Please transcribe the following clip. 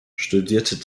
studierte